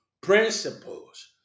principles